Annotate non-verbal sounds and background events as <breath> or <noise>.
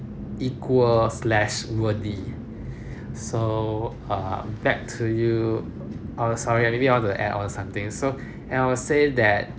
equal slash worthy <breath> so err back to you oh sorry maybe I want to add on something so and I would say that